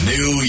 New